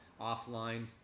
offline